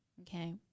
okay